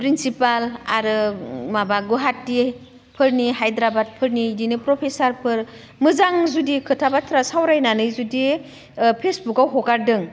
principal आरो माबा गुवाहाटिफोरनि हाइद्राबादफोरनि इदिनो प्रफेसारफोर मोजां जुदि खोथा बाथ्रा सावरायनानै जुदि फेसबुकआव हगारदों